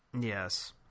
Yes